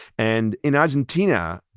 and in argentina,